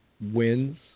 wins